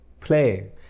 Play